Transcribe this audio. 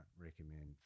recommend